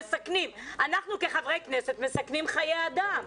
שאנחנו כחברי כנסת מסכנים חיי אדם.